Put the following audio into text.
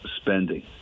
spending